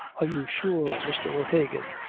are you sure, mr. o'hagan,